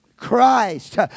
Christ